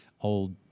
old